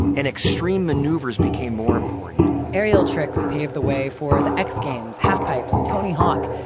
and extreme maneuvers became more important. aerial tricks paved the way for the x-games, half pipes, and tony hawk.